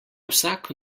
vsak